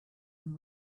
and